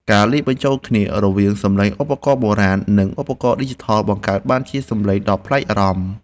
ការលាយបញ្ចូលគ្នារវាងសំឡេងឧបករណ៍បុរាណខ្មែរ និង ឧបករណ៍ឌីជីថលបង្កើតបានជាសំឡេងដ៏ប្លែកអារម្មណ៍។